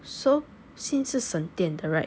so since 是省电的 right